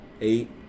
eight